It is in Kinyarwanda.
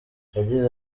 yagize